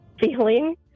feeling